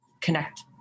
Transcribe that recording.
connect